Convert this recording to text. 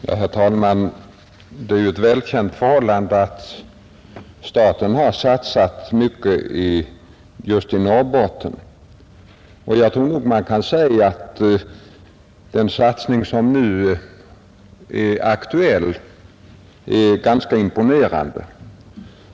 Herr talman! Det är ju ett välkänt förhållande att staten har satsat mycket just i Norrbotten, och jag tror nog man kan säga att den satsning som nu är aktuell är ganska imponerande.